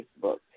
Facebook